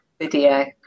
Video